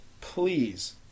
please